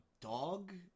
Dog